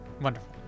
Wonderful